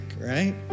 right